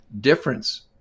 difference